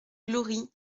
glory